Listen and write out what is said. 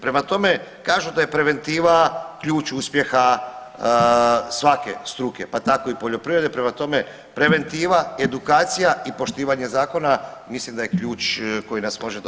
Prema tome, kažu da je preventiva ključ uspjeha svake struke pa tako i poljoprivrede, prema tome preventiva, edukacija i poštivanje zakona mislim da je ključ koji nas može dovesti do